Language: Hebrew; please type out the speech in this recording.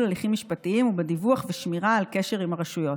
הליכים משפטיים ובדיווח ושמירה על קשר עם הרשויות.